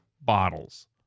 bottles